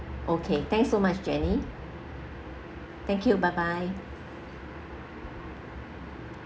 okay thanks so much jenny thank you bye bye